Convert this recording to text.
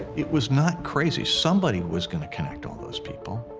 it was not crazy. somebody was going to connect all those people,